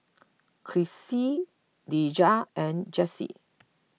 Crissie Deja and Jesse